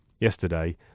yesterday